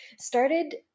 started